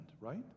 right